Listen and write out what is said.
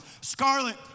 Scarlet